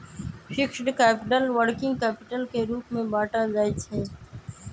fixed capital, working capital के रूप में बाटल जाइ छइ